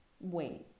Wait